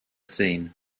seen